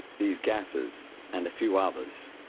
these gases and a few others,